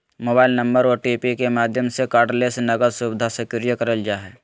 mobile number OTP के माध्यम से कार्डलेस नकद सुविधा सक्रिय करल जा हय